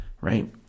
right